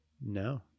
No